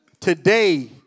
Today